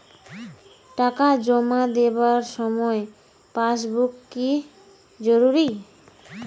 টাকা জমা দেবার সময় পাসবুক কি জরুরি?